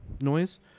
noise